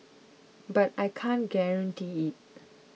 but I can't guarantee it